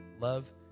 love